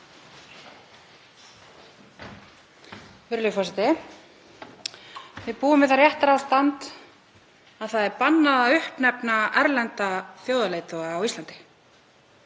Virðulegur forseti. Við búum við það réttarástand að það er bannað að uppnefna erlenda þjóðarleiðtoga á Íslandi.